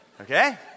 Okay